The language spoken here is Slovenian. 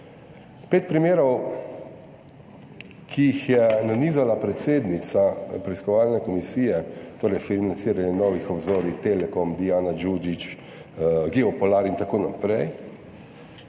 Pet primerov, ki jih je nanizala predsednica preiskovalne komisije, torej financiranje Novih obzorij, Telekom, Dijana Đuđić, Geopolar in tako naprej,